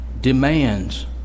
Demands